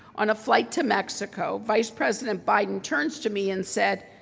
on a flight to mexico vice president biden turns to me and said,